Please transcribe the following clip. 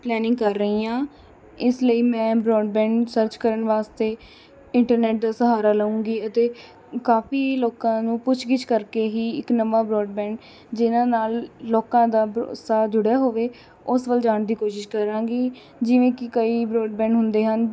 planning ਕਰ ਰਹੀ ਹਾਂ ਇਸ ਲਈ ਮੈਂ ਬ੍ਰੋਡਬੈਂਡ ਸਰਚ ਕਰਨ ਵਾਸਤੇ ਇੰਟਰਨੈੱਟ ਦਾ ਸਹਾਰਾ ਲਊਂਗੀ ਅਤੇ ਕਾਫ਼ੀ ਲੋਕਾਂ ਨੂੰ ਪੁੱਛ ਗਿੱਛ ਕਰਕੇ ਹੀ ਇੱਕ ਨਵਾਂ ਬ੍ਰੋਡਬੈਂਡ ਜਿਨ੍ਹਾਂ ਨਾਲ ਲੋਕਾਂ ਦਾ ਸਾਥ ਜੁੜਿਆ ਹੋਵੇ ਉਸ ਵੱਲ ਜਾਣ ਦੀ ਕੋਸ਼ਿਸ਼ ਕਰਾਂਗੀ ਜਿਵੇਂ ਕਿ ਕਈ ਬ੍ਰੋਡਬੈਂਡ ਹੁੰਦੇ ਹਨ